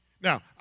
Now